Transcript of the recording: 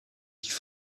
ich